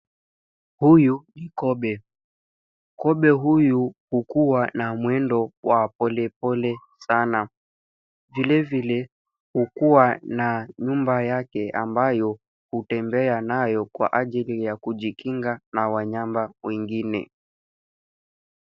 Huyu ni kobe. Kobe huyu hukuwa na mwendo wa polepole sana. Vilevile hukuwa na nyumba yake ambayo hutembea nayo kwa ajili ya kujikinga na wanyama wengine.